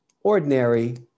ordinary